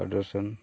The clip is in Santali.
ᱯᱨᱚᱫᱩᱥᱚᱱ